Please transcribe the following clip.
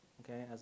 okay